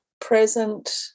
present